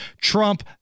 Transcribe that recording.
Trump